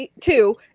Two